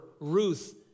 Ruth